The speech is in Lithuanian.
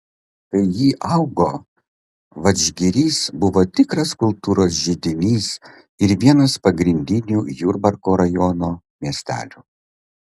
kai ji augo vadžgirys buvo tikras kultūros židinys ir vienas pagrindinių jurbarko rajono miestelių